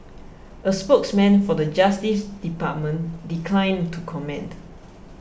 a spokesman for the Justice Department declined to comment